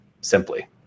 simply